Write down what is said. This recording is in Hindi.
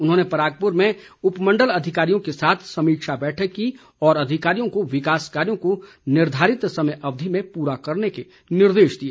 उन्होंने परागपुर में उपमंडल अधिकारियों के साथ समीक्षा बैठक की और अधिकारियों को विकास कार्यों को निर्धारित समय अवधि में पूरा करने के निर्देश भी दिए